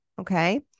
okay